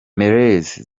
meles